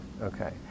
Okay